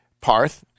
Parth